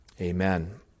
Amen